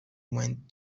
went